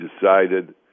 decided